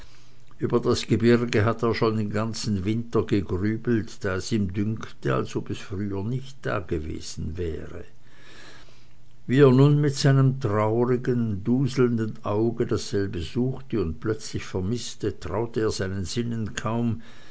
über dies gebirge hatte er schon den ganzen winter gegrübelt da es ihm dünkte als ob es früher nicht dagewesen wäre wie er nun mit seinem traurigen duselnden auge dasselbe suchte und plötzlich vermißte traute er seinen sinnen kaum